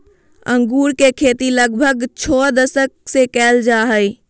अंगूर के खेती लगभग छो दशक से कइल जा हइ